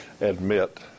admit